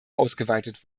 ausgeweitet